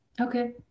Okay